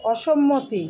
অসম্মতি